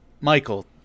Michael